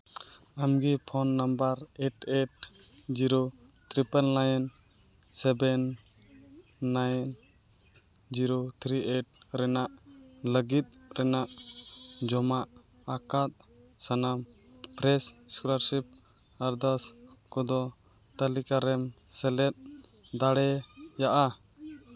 ᱟᱢᱜᱮ phone number eight eight zero triple nine seven nine zero three eight ᱨᱮᱱᱟᱜ ᱞᱟᱹᱜᱤᱫ ᱨᱮᱱᱟᱜ ᱡᱚᱢᱟ ᱟᱠᱟᱫ ᱥᱟᱱᱟᱢ ᱯᱷᱨᱮᱥ ᱥᱠᱚᱞᱟᱨᱥᱤᱯ ᱟᱨᱫᱟᱥ ᱠᱚᱫᱚ ᱛᱟᱹᱞᱤᱠᱟᱨᱮᱢ ᱥᱮᱞᱮᱫ ᱫᱟᱲᱮᱭᱟᱜᱼᱟ